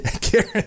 Karen